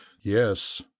yes